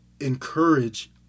encourage